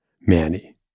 Manny